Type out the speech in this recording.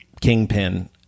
kingpin